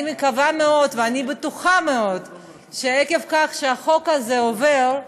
אני מקווה מאוד ואני בטוחה מאוד שעקב זה שהחוק הזה עובר,